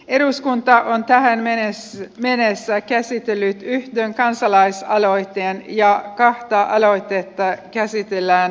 eduskunta on tähän mennessä käsitellyt yhden kansalaisaloitteen ja kahta aloitetta käsitellään parhaillaan